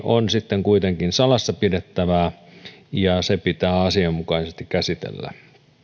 on sitten kuitenkin salassa pidettävää ja se pitää asianmukaisesti käsitellä